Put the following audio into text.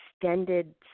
extended